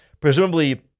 presumably